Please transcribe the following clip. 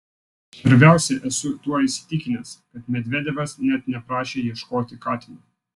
svarbiausia esu tuo įsitikinęs kad medvedevas net neprašė ieškoti katino